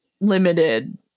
limited